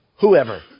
whoever